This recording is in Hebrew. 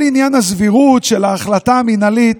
כל עניין הסבירות של ההחלטה המינהלית,